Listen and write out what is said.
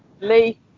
Lee